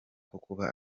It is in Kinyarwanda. kuba